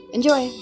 Enjoy